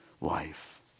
life